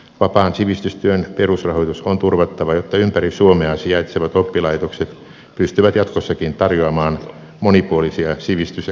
vapaan sivistystyön perusrahoitus on turvattava jotta ympäri suomea sijaitsevat oppilaitokset pystyvät jatkossakin tarjoamaan monipuolisia sivistys ja